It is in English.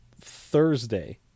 Thursday